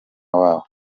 wabo